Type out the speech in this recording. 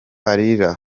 ararira